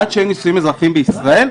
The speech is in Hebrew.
עד שאין נישואים אזרחיים בישראל,